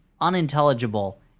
unintelligible